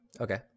Okay